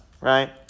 right